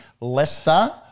Leicester